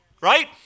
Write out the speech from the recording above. right